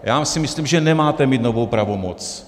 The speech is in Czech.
Já si myslím, že nemáte mít novou pravomoc.